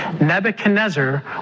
Nebuchadnezzar